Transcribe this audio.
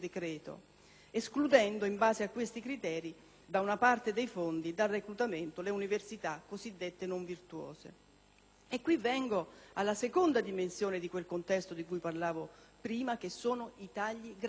escludendo, in base a questi criteri, da una parte dei fondi e dal reclutamento, le università cosiddette non virtuose. Vengo alla seconda dimensione di quel contesto di cui parlavo prima, ossia i tagli gravissimi